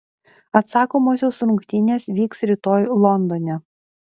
atsakomosios rungtynės vyks rytoj londone